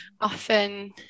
often